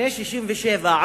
לפני 1967,